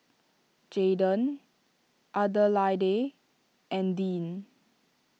Jaden Adelaide and Deane